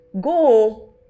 go